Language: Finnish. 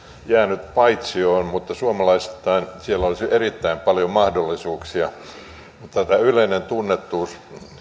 jäänyt paitsioon mutta suomalaisittain siellä olisi erittäin paljon mahdollisuuksia tämä yleisen tunnettuuden heikko taso